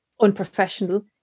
unprofessional